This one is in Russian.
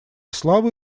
славы